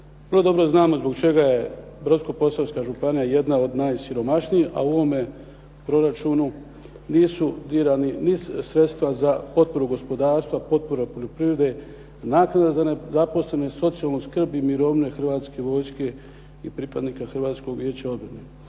Vrlo dobro znamo zbog čega je Brodsko-posavska županija jedna od najsiromašnijih, a u ovome proračunu nisu dirani sredstva za potporu gospodarstva, potporu poljoprivrede, naknada za nezaposlene, socijalnu skrb i mirovinu Hrvatske vojske i pripadnika Hrvatskog vijeća obrane.